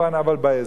אבל באזור.